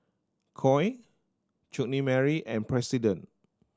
Koi Chutney Mary and President